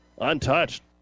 untouched